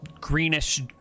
greenish